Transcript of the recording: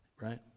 right